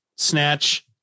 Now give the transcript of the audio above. snatch